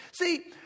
See